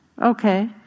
okay